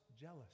jealous